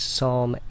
Psalm